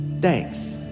thanks